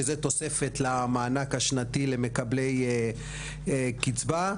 שזה תוספת למענק השנתי למקבלי קצבה,